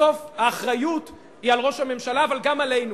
בסוף האחריות היא על ראש הממשלה, אבל גם עלינו.